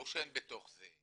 ברור שאין בתוך זה,